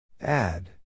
Add